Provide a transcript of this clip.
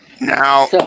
now